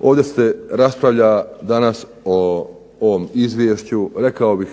Ovdje se raspravlja danas o ovom izvješću, rekao bih